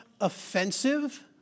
offensive